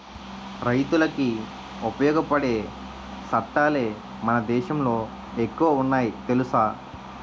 రైతులకి ఉపయోగపడే సట్టాలే మన దేశంలో ఎక్కువ ఉన్నాయి తెలుసా